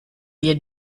wir